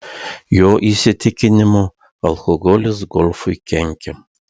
jo įsitikinimu alkoholis golfui kenkia